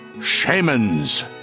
shamans